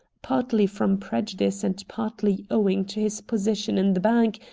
partly from prejudice and partly owing to his position in the bank,